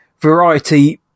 Variety